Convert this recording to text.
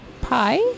Pie